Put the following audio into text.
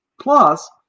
plus